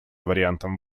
вариантом